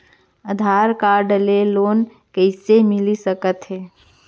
आधार card ले loan कइसे मिलिस सकत हे?